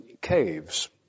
caves